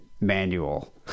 manual